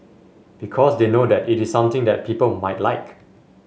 because they know that it is something that people might like